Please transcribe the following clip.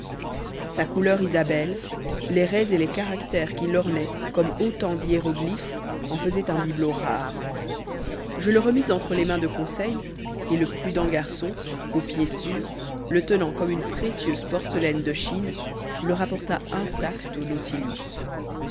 sa couleur isabelle les raies et les caractères qui l'ornaient comme autant d'hiéroglyphes en faisaient un bibelot rare je le remis entre les mains de conseil et le prudent garçon au pied sûr le tenant comme une précieuse porcelaine de chine le rapporta intact au nautilus